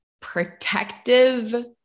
protective